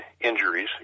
injuries